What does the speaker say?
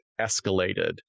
escalated